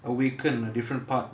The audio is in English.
awaken a different part